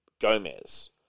Gomez